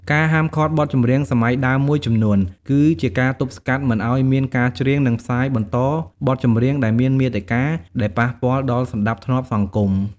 ការហាមឃាត់បទចម្រៀងសម័យដើមមួយចំនួន គឺជាការទប់ស្កាត់មិនឲ្យមានការច្រៀង និងផ្សាយបន្តបទចម្រៀងដែលមានមាតិកា ដែលប៉ះពាល់ដល់សណ្តាប់ធ្នាប់សង្គម។